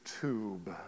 tube